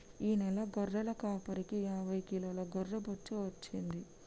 ఈ నెల గొర్రెల కాపరికి యాభై కిలోల గొర్రె బొచ్చు వచ్చింది